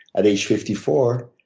at age fifty four,